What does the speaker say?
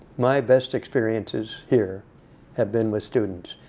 my best experiences here have been with students.